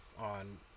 on